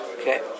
Okay